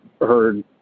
heard